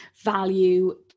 value